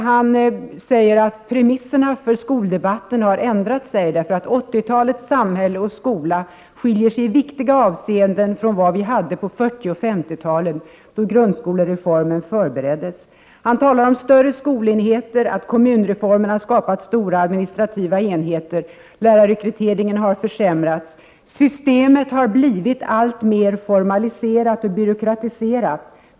Han säger vidare att premisserna för skoldebatten har ändrat sig, därför att 80-talets samhälle och skola skiljer sig i viktiga avseenden från vad vi hade på 40 och 50-talen, då grundskolereformen förbereddes. Han talar om att skolenheter blivit större, att kommunreformerna har skapat stora administrativa enheter och att lärarrekryteringen har försämrats: ”Systemet har blivit alltmer formaliserat — och byråkratiskt.